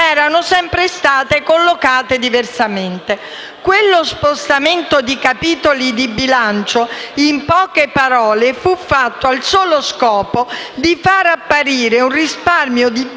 erano sempre state collocate diversamente. Quello spostamento di capitoli di bilancio, in poche parole, fu fatto al solo scopo di far apparire un risparmio di